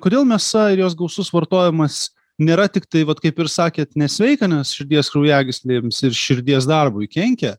kodėl mėsa ir jos gausus vartojimas nėra tiktai vat kaip ir sakėt nesveika nes širdies kraujagyslėms ir širdies darbui kenkia